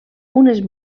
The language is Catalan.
unes